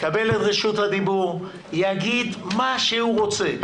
יקבל את רשות הדיבור, יגיד מה שהוא רוצה.